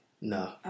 no